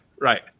right